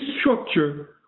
structure